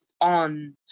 on